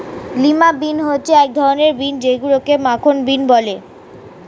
lima bean হচ্ছে এক ধরনের বিন যেইগুলোকে মাখন বিন বলে